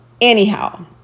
Anyhow